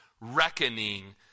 reckoning